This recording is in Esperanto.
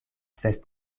ses